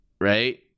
Right